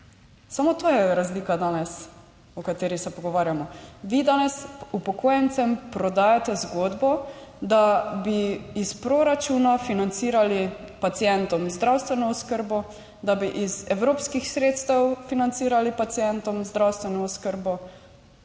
Samo to je razlika danes, o kateri se pogovarjamo. Vi danes upokojencem prodajate zgodbo, da bi iz proračuna financirali pacientom zdravstveno oskrbo, da bi iz evropskih sredstev financirali pacientom zdravstveno oskrbo.